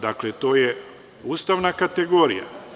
Dakle, to je ustavna kategorija.